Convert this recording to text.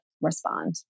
respond